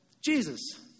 Jesus